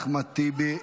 חבר הכנסת אחמד טיבי,